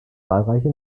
zahlreiche